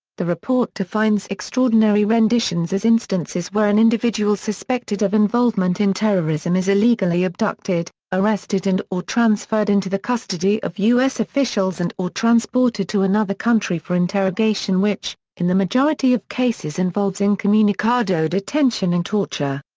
the report defines extraordinary renditions as instances where an individual suspected of involvement in terrorism is illegally abducted, arrested and or transferred into the custody of us officials and or transported to another country for interrogation which, in the majority of cases involves incommunicado detention and torture.